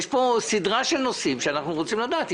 יש פה סדרה של נושאים שאנחנו רוצים לדעת.